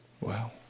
Wow